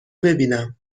ببینم